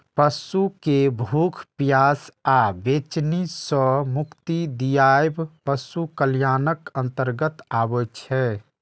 पशु कें भूख, प्यास आ बेचैनी सं मुक्ति दियाएब पशु कल्याणक अंतर्गत आबै छै